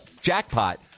jackpot